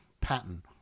pattern